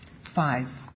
Five